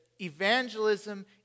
evangelism